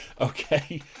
okay